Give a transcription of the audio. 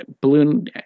balloon